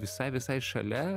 visai visai šalia